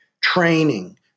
training